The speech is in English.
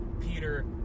Peter